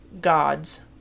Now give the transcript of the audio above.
God's